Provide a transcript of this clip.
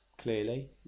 clearly